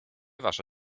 wasza